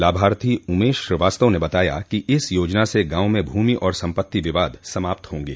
लाभार्थी उमेश श्रीवास्तव ने बताया कि इस योजना से गांव में भूमि और संपत्ति विवाद समाप्त होंगे